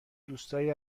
دوستایی